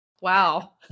Wow